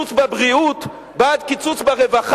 בעד קיצוץ בבריאות,